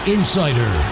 Insider